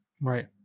Right